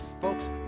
folks